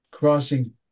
crossing